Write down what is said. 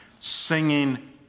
singing